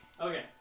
Okay